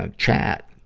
ah chat,